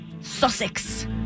Sussex